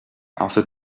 after